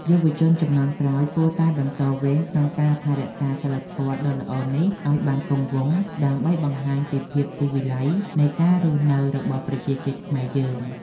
យុវជនជំនាន់ក្រោយគួរតែបន្តវេនក្នុងការថែរក្សាសីលធម៌ដ៏ល្អនេះឱ្យបានគង់វង្ស ដើម្បី បង្ហាញពីភាពស៊ីវិល័យនៃការរស់នៅរបស់ប្រជាជាតិខ្មែរយើង។